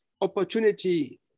opportunity